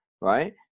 right